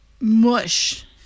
mush